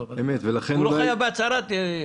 הוא לא חייב בהצהרת יבואן.